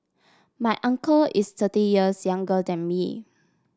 my uncle is thirty years younger than me